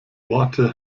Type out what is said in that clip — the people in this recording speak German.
worte